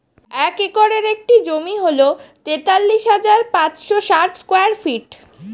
এক একরের একটি জমি হল তেতাল্লিশ হাজার পাঁচশ ষাট স্কয়ার ফিট